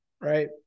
right